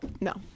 no